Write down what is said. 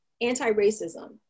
anti-racism